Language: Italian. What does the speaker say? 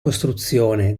costruzione